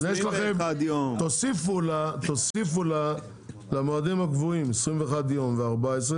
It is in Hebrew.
אז תוסיפו למועדים הקבועים 21 יום ו-14,